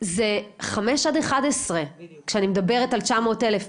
זה 5 עד 11 כשאני מדברת על 900 אלף.